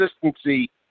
consistency